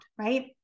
right